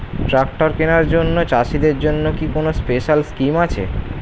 Tractor কেনার জন্য চাষিদের জন্য কি কোনো স্পেশাল স্কিম আছে?